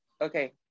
okay